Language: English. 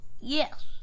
Yes